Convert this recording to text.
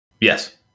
Yes